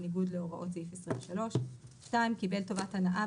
בניגוד להוראות סעיף 23. קיבל טובת הנאה,